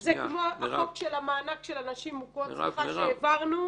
זה כמו החוק של מענק הנשים המוכות שהעברנו,